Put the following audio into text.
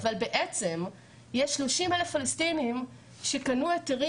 כאשר למעשה יש 30,000 פלסטינים שקנו היתרים